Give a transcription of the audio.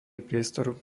priestor